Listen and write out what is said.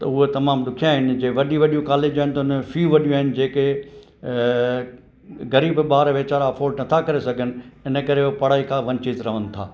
त उहे तमामु ॾुखिया आहिनि जे वॾी वॾियूं कॉलेज आहिनि त उन में फी वॾियूं आहिनि जेके ग़रीब ॿार वीचारा अफोर्ड नथा करे सघनि हिन करे उहे पढ़ाई खां वंछित रहनि था